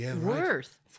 worth